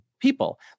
People